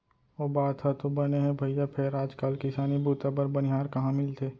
ओ बात ह तो बने हे भइया फेर आज काल किसानी बूता बर बनिहार कहॉं मिलथे?